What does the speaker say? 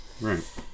right